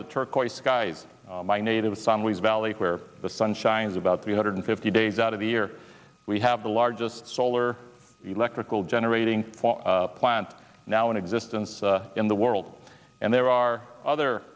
of the turquoise skies my native son was valley where the sun shines about three hundred fifty days out of the year we have the largest solar electrical generating plant now in existence in the world and there are other